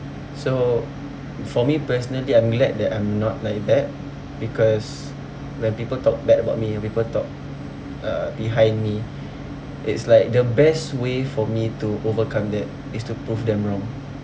so for me personally I'm glad that I'm not like that because when people talk bad about me people talk uh behind me it's like the best way for me to overcome that is to prove them wrong